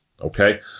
okay